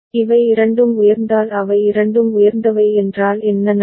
இவை இரண்டும் உயர்ந்தால் அவை இரண்டும் உயர்ந்தவை என்றால் என்ன நடக்கும்